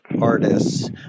artists